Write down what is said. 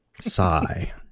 Sigh